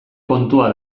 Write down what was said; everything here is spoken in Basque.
kontua